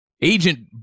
Agent